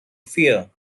fear